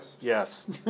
Yes